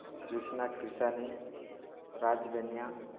କ୍ରୀିଷ୍ଣା କିର୍ସାନୀ ରାଜ୍ ବେନିଆ